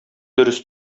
дөрес